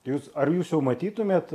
jūs ar jūs jau matytumėt